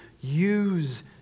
use